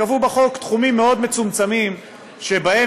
קבעו בחוק תחומים מאוד מצומצמים שבהם